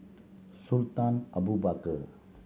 Sultan Abu Bakar